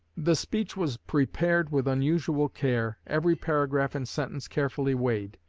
the speech was prepared with unusual care, every paragraph and sentence carefully weighed.